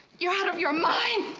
you're out of your mind!